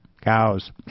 cows